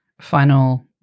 final